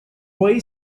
play